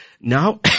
Now